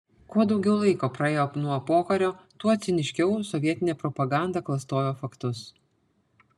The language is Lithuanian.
kuo daugiau laiko praėjo nuo pokario tuo ciniškiau sovietinė propaganda klastojo faktus